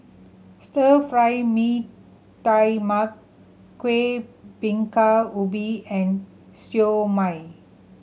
Stir Fry Mee Tai Mak Kuih Bingka Ubi and Siew Mai